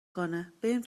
کنهبریم